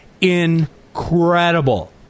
incredible